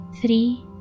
three